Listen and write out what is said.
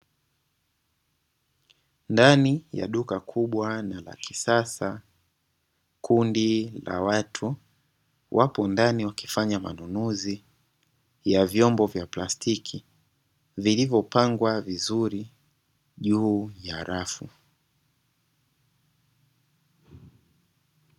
Ndani ya duka kubwa na la kisasa kundi la watu, wapo ndani wakifanya manunuzi ya vyombo vya plastiki vilivyopangwa vizuri juu ya rafu.